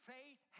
Faith